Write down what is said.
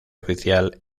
oficial